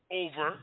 over